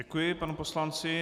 Děkuji panu poslanci.